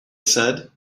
said